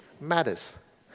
matters